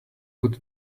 put